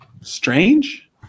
strange